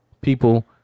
People